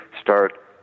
start